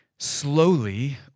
Slowly